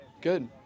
Good